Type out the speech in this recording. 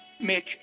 Mitch